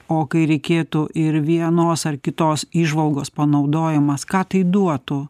o kai reikėtų ir vienos ar kitos įžvalgos panaudojimas ką tai duotų